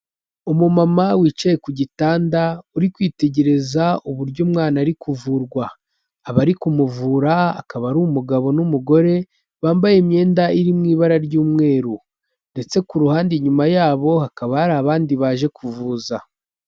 Umumama wicaye ku gitanda uri kwitegereza uburyo umwana ari kuvurwa, abari kumuvura akaba ari umugabo n'umugore, bambaye imyenda iri mu ibara ry'umweru ndetse ku ruhande inyuma yabo hakaba hari abandi baje kuvuza.